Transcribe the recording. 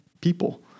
people